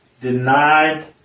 denied